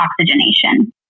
oxygenation